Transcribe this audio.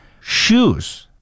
shoes